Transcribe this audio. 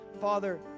Father